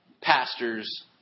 pastors